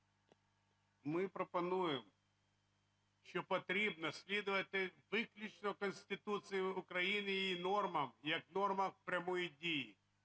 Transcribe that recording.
Ми пропонуємо, що потрібно слідувати виключно Конституції України і її нормам як нормам прямої дії.